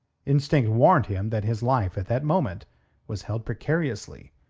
instinct warned him that his life at that moment was held precariously,